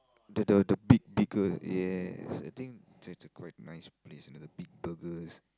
the the the big burger yes I think that's a quite nice place the big burgers